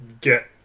get